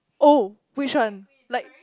oh which one like